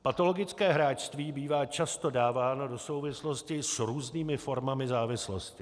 Patologické hráčství bývá často dáváno do souvislostí s různými formami závislostí.